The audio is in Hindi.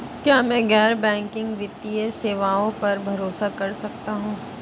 क्या मैं गैर बैंकिंग वित्तीय सेवाओं पर भरोसा कर सकता हूं?